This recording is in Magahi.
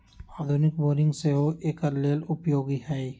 आधुनिक बोरिंग सेहो एकर लेल उपयोगी है